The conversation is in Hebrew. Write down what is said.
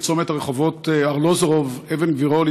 בצומת הרחובות ארלוזורוב ואבן גבירול,